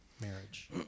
marriage